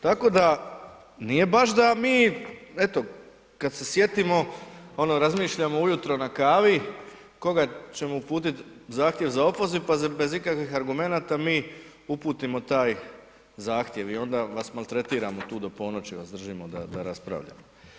Tako da nije baš da mi eto kada se sjetimo ono razmišljamo ujutro na kavi koga ćemo uputiti zahtjev za opoziv pa bez ikakvih argumenata mi uputimo taj zahtjev i onda vas maltretiramo tu do ponoći vas držimo da raspravljamo.